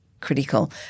critical